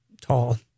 tall